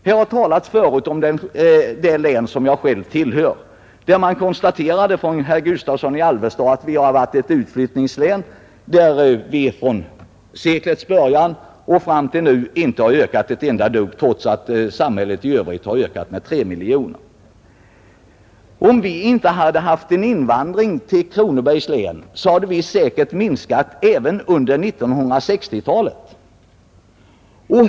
Det län jag representerar har berörts tidigare i debatten. Herr Gustavsson i Alvesta konstaterade att vi är ett utflyttningslän — från seklets början och fram till nu har befolkningen i länet inte ökat ett enda dugg, trots att landets befolkning totalt har ökat med 3 miljoner. Om vi inte hade haft en invandring till Kronobergs län hade vår befolkning säkerligen minskat även under 1960-talet.